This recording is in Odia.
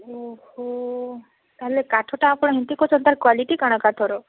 ତା'ହେଲେ କାଠଟା ଆପଣ ଏମିତି କରୁଚନ୍ତି ତାର କ୍ୱାଲିଟି କ'ଣ କାଠର